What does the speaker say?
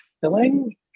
filling